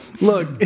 Look